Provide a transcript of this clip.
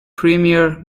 premier